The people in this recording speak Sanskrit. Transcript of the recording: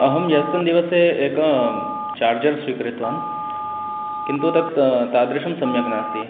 अहं यस्तन् दिवसे एकं चार्जर् स्वीकृतवान् किन्तु तत् तादृशं सम्यक् नास्ति